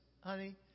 honey